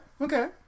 okay